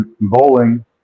bowling